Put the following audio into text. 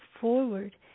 forward